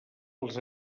als